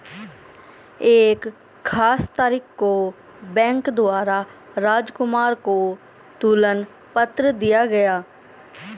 एक खास तारीख को बैंक द्वारा राजकुमार को तुलन पत्र दिया गया